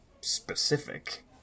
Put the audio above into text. specific